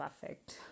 perfect